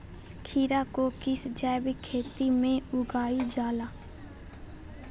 खीरा को किस जैविक खेती में उगाई जाला?